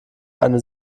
eine